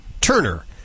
Turner